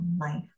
life